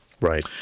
right